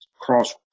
cross